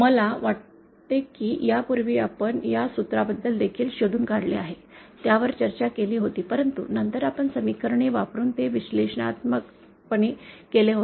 मला वाटते की यापूर्वी आपण या सूत्राबद्दल देखील शोधून काढले आहे त्यावर चर्चा केली होती परंतु नंतर आपण समीकरणे वापरून ते विश्लेषणात्मकपणे केले होते